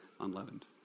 unleavened